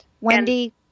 Wendy